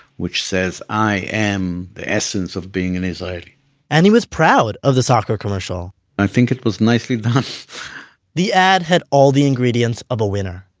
which says i am the essence of being an israeli and he was proud of the soccer commercial i think was nicely done the ad had all the ingredients of a winner.